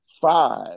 Five